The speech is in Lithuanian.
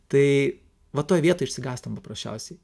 tai va toj vietoj išsigąstam paprasčiausiai